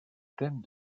thème